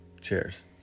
Cheers